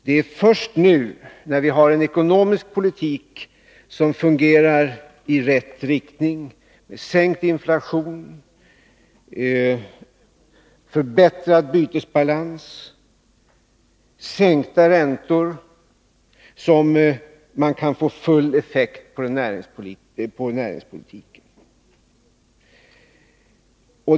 Det är först nu, när vi har en ekonomisk politik som fungerar i rätt riktning — en sänkt inflation, en förbättrad bytesbalans, sänkta räntor — som man kan få full effekt på näringspolitiken.